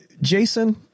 Jason